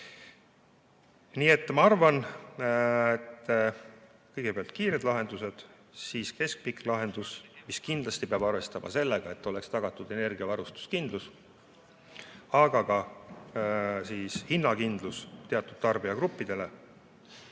Nii et ma arvan, et kõigepealt kiired lahendused, siis keskpikk lahendus – selle korral peab kindlasti arvestama sellega, et oleks tagatud energiavarustuskindlus, aga ka hinnakindlus teatud tarbijagruppidele